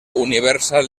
universal